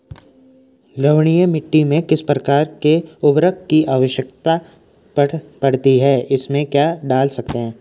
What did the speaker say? लवणीय मिट्टी में किस प्रकार के उर्वरक की आवश्यकता पड़ती है इसमें क्या डाल सकते हैं?